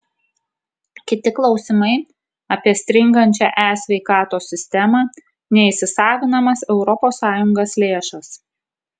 kiti klausimai apie stringančią e sveikatos sistemą neįsisavinamas europos sąjungos lėšas